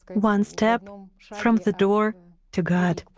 one step um from the door to god.